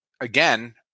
again